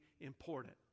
important